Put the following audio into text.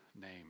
name